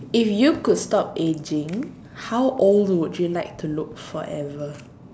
if you could stop aging how old would you like to look forever